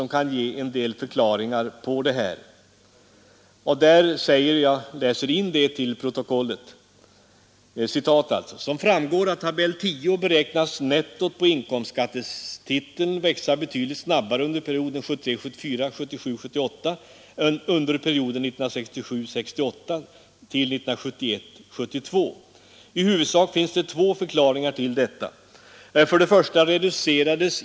En annan sak som verkligen förvånat mig är att reservanterna inte alls tar upp någon utförligare diskussion om de långsiktiga frågorna, om de ekonomiska perspektiven på längre sikt. Det finns ju ändå ganska mycket därom både i propositionen och i utskottets skrivning. Men det hakar man inte tag i. Det blir ingen dialog.